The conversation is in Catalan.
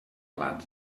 blat